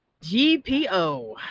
GPO